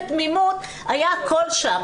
היה הכול שם,